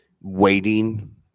waiting